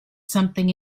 something